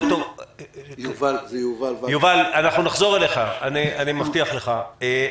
יובל וגנר, אנחנו נחזור אליך, אני מבטיח לך.